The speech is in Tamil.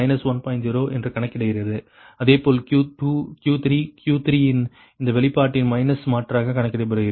0 என்று கணக்கிடுகிறது அதே போல் Q3 Q3 இன் இந்த வெளிப்பாட்டின் மைனஸ் மாற்றாக கணக்கிடப்படுகிறது